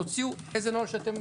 תוציאו איזה נוהל שאתם מצאתם לנכון.